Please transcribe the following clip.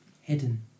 hidden